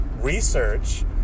research